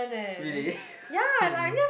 really